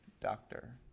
Doctor